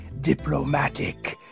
diplomatic